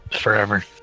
Forever